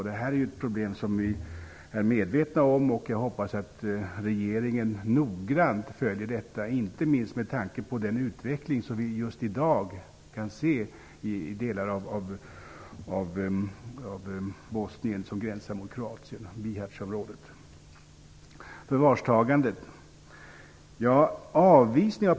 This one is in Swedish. Det här är ett problem som vi är medvetna om, och jag hoppas att regeringen noggrant följer detta, inte minst med tanke på den utveckling som vi just i dag kan se i de delar av Bosnien som gränsar mot Jag vill också ta upp förvarstagandet.